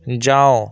جاؤ